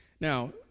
Now